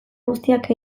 guztiak